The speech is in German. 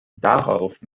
darauf